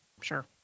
Sure